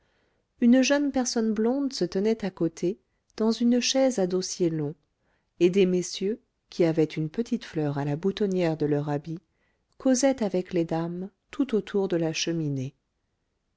une jeune personne blonde se tenait à côté dans une chaise à dossier long et des messieurs qui avaient une petite fleur à la boutonnière de leur habit causaient avec les dames tout autour de la cheminée